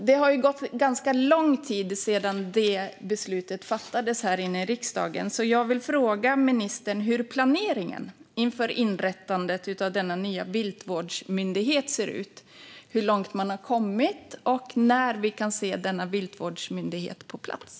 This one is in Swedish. Det har gått ganska lång tid sedan det beslutet fattades här i riksdagen, så jag vill fråga ministern hur planeringen inför inrättandet av denna nya viltvårdsmyndighet ser ut, hur långt man har kommit och när vi kan se denna viltvårdsmyndighet på plats.